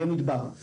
יהיה מדבר.